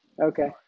Okay